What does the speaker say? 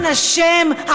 למען השם,